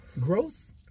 Growth